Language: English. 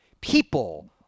people